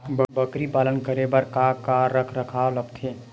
बकरी पालन करे बर काका रख रखाव लगथे?